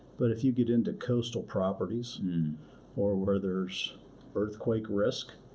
but if you get into coastal properties or where there's earthquake risk,